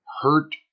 hurt